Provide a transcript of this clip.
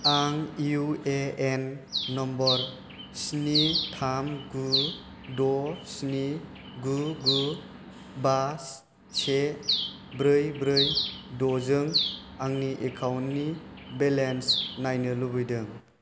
आं UAN number स्नि थाम गु द' स्नि गु गु बा से ब्रै ब्रै द' जों आंनि एकाउन्टनि बेलेन्स नायनो लुबैदों